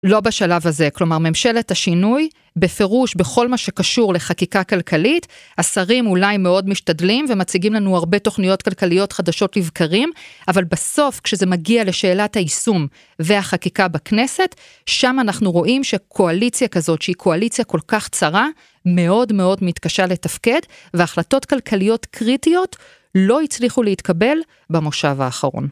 לא בשלב הזה. כלומר, ממשלת השינוי, בפירוש, בכל מה שקשור לחקיקה כלכלית, השרים אולי מאוד משתדלים ומציגים לנו הרבה תוכניות כלכליות חדשות לבקרים, אבל בסוף, כשזה מגיע לשאלת היישום והחקיקה בכנסת, שם אנחנו רואים שקואליציה כזאת, שהיא קואליציה כל כך צרה, מאוד מאוד מתקשה לתפקד, והחלטות כלכליות קריטיות לא הצליחו להתקבל במושב האחרון.